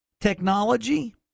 technology